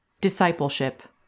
Discipleship